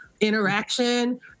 interaction